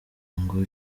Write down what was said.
ngo